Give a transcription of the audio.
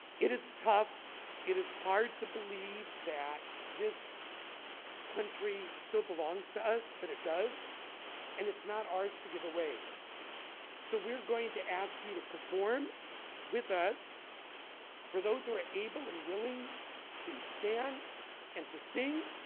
it is tough it is hard to believe that this country still belongs to us but it does and it's not ours to give away so we're going to ask you to perform with us for those who are able and willing to stand and to sing.